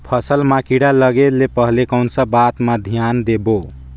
फसल मां किड़ा लगे ले पहले कोन सा बाता मां धियान देबो?